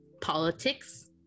politics